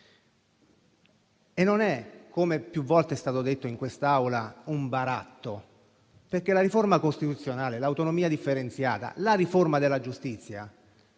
Non è - come più volte è stato detto in quest'Aula - un baratto, perché la riforma costituzionale, l'autonomia differenziata e la riforma della giustizia